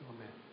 Amen